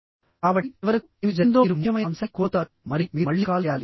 కాబట్టిచివరకుఏమి జరిగిందో మీరు ముఖ్యమైన అంశాన్ని కోల్పోతారు మరియు మీరు మళ్లీ కాల్ చేయాలి